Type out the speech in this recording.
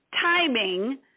timing